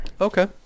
okay